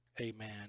Amen